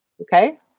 Okay